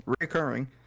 recurring